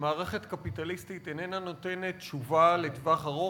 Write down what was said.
שמערכת קפיטליסטית איננה נותנת תשובה לטווח ארוך,